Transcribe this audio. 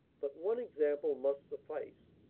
but one example must suffice.